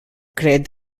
cred